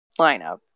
lineup